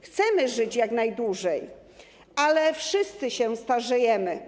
Chcemy żyć jak najdłużej, ale wszyscy się starzejemy.